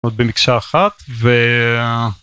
עוד במקשה אחת ו...